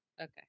okay